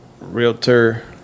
realtor